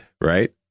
Right